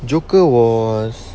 joker was